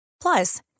Plus